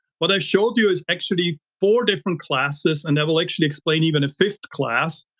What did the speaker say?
what i showed you is actually four different classes and i will actually explain even a fifth class,